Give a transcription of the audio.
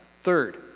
Third